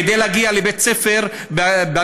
כדי להגיע לבית ספר בנגב,